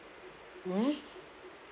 mm